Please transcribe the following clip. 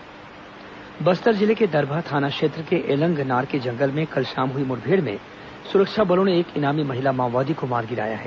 माओवादी वारदात बस्तर जिले के दरभा थाना क्षेत्र के एलंगनार के जंगल में कल शाम हुई मुठभेड़ में सुरक्षा बलों ने एक इनामी महिला माओवादी को मार गिराया है